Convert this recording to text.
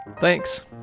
Thanks